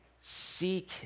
Seek